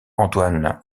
antoine